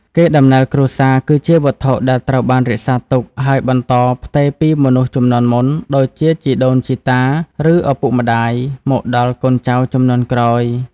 កេរដំណែលគ្រួសារ គឺជាវត្ថុដែលត្រូវបានរក្សាទុក ហើយបន្តផ្ទេរពីមនុស្សជំនាន់មុន ដូចជាជីដូនជីតា ឬឪពុកម្ដាយ មកដល់កូនចៅជំនាន់ក្រោយ។